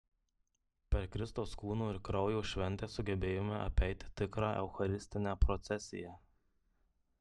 per kristaus kūno ir kraujo šventę sugebėjome apeiti tikrą eucharistinę procesiją